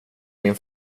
min